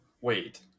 Wait